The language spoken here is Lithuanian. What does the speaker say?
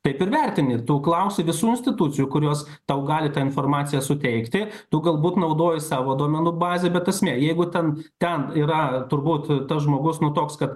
taip ir vertini tu klausi visų institucijų kurios tau gali tą informaciją suteikti tu galbūt naudoji savo duomenų bazę bet esmė jeigu ten ten yra turbūt tas žmogus nu toks kad